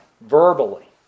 verbally